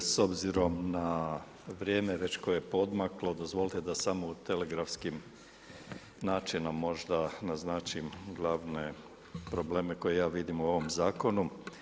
S obzirom na vrijeme već koje je poodmaklo, dozvolite da samo u telegrafskim načinom naznačim glavne probleme koje ja vidim u ovom zakonu.